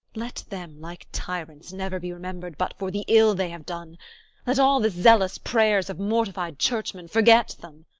let them, like tyrants, never be remembered but for the ill they have done let all the zealous prayers of mortified churchmen forget them